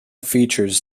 features